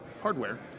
hardware